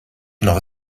noch